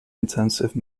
intensive